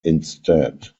instead